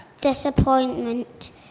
disappointment